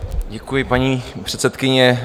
Děkuji, paní předsedkyně.